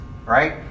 Right